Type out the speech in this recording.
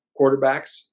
quarterbacks